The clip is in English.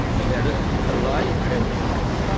you had a ah line of trenches,